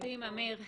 מקסים אמיר.